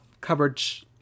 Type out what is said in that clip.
coverage